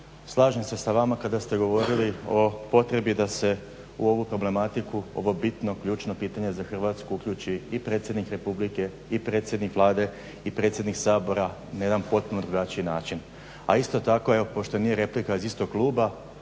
Slažem se sa vama kada ste govorili o potrebi da se u ovu problematiku, u ovo bitno, ključno pitanje za Hrvatsku uključi i predsjednik Republike i predsjednik Vlade i predsjednik Sabora na jedan potpuno drugačiji način. A isto tako evo pošto nije replika iz istog kluba,